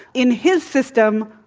in his system,